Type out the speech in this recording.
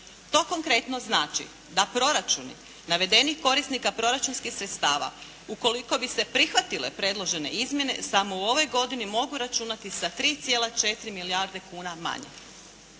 To konkretno znači da proračuni navedenih korisnika proračunskih sredstava ukoliko bi se prihvatile predložene izmjene samo u ovoj godini mogu računati sa 3,4 milijarde kuna manje.